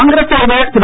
காங்கிரஸ் தலைவர் திரு